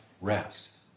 rest